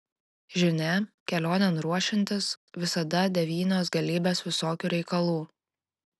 žinia kelionėn ruošiantis visada devynios galybės visokių reikalų